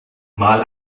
mal